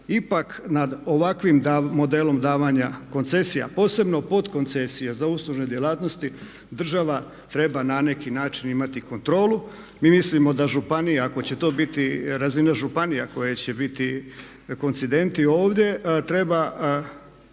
ipak nad ovakvim modelom davanja koncesija, posebno podkoncesija za uslužne djelatnosti država treba na neki način imati kontrolu. Mi mislimo da županija ako će to biti razina županije koje će biti koncidenti ovdje treba